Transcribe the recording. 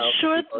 sure